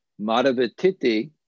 Madhavatiti